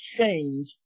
change